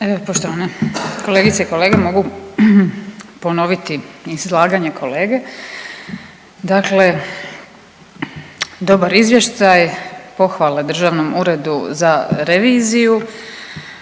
Poštovane kolegice i kolege mogu ponoviti izlaganje kolege, dakle dobar izvještaj, pohvale Državnom uredu za reviziju.